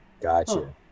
Gotcha